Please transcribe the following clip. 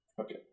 Okay